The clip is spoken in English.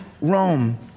Rome